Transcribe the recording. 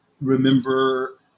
remember